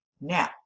Now